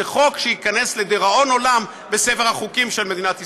זה חוק שייכנס לדיראון עולם בספר החוקים של מדינת ישראל.